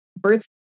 Birth